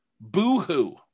Boo-hoo